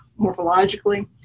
morphologically